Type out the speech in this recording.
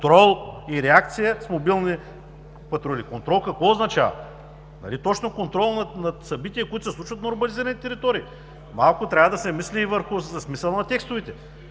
контрол и реакция с мобилни патрули“. „Контрол“ – какво означава? Нали точно контрол над събития, които се случват на урбанизирани територии. Малко трябва да се мисли и върху смисъла на текстовете